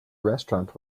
restaurant